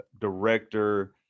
director